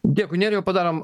dėkui nerijau padarom